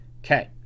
okay